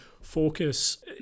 focus